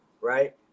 right